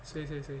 谁谁谁